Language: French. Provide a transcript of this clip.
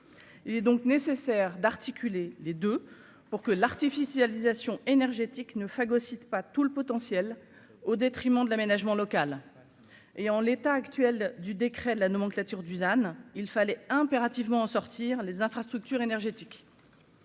mix est donc nécessaire d'articuler les deux pour que l'artificialisation énergétique ne phagocyte pas tout le potentiel au détriment de l'aménagement local et en l'état actuel du décret de la nomenclature Dusan il fallait impérativement sortir les infrastructures énergétiques.